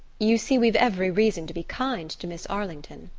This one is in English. you see we've every reason to be kind to miss arlington.